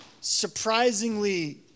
Surprisingly